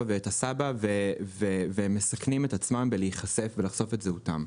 ואת הסבא שלהם והם מסכנים את עצמם בלחשוף את זהותם.